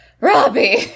Robbie